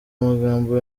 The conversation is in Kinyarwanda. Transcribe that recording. amagambo